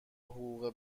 حقوق